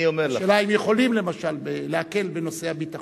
השאלה אם יכולים, למשל, להקל בנושא הביטחון.